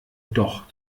doch